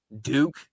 Duke